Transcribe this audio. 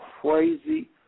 crazy